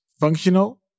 functional